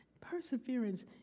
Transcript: perseverance